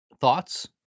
Thoughts